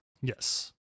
Yes